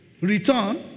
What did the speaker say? return